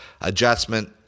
adjustment